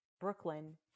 Brooklyn